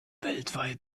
weltweit